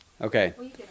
Okay